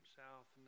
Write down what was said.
south